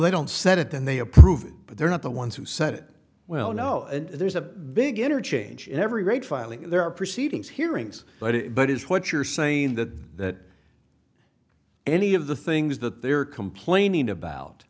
they don't send it then they approved but they're not the ones who set it well no there's a big interchange in every rate filing there are proceedings hearings but it is what you're saying that that any of the things that they're complaining about